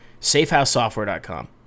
Safehousesoftware.com